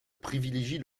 privilégie